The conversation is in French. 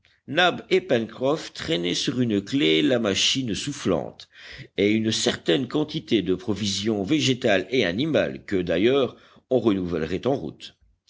nab et pencroff traînaient sur une claie la machine soufflante et une certaine quantité de provisions végétales et animales que d'ailleurs on renouvellerait en route